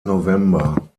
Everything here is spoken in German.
november